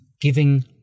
giving